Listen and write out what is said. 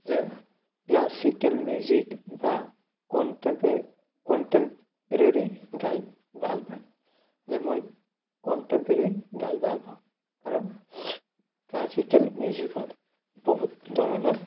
যে classical music বা কণ্টেম্পে কণ্টেম্পৰেৰী গাই ভাল পায় যে মই কণ্টেম্পৰেৰী গাই ভাল পাওঁ কাৰণ ক্লাছিকেল মিউজিকত বহুত ধৰণৰ